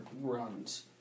runs